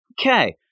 Okay